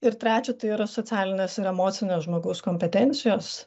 ir trečia tai yra socialinės ir emocinės žmogaus kompetencijos